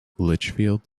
litchfield